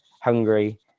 Hungary